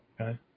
Okay